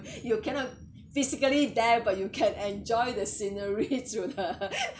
you cannot physically there but you can enjoy the scenery through the